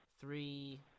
three